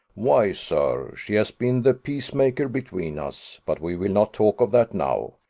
why, sir, she has been the peacemaker between us but we will not talk of that now.